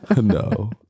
No